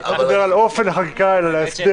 אני לא מדבר על אופן החקיקה אלא להסדר